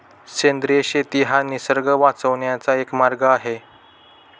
सेंद्रिय शेती हा निसर्ग वाचवण्याचा एक मार्ग आहे